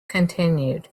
continued